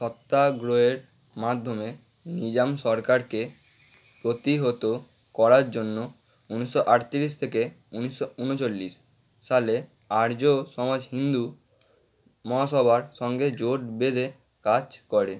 সত্যাগ্রহের মাধ্যমে নিজাম সরকারকে প্রতিহত করার জন্য উনিশশো আটত্রিশ থেকে উনিশশো উনচল্লিশ সালে আর্য সমাজ হিন্দু মহাসভার সঙ্গে জোট বেঁধে কাজ করে